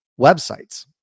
websites